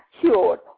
cured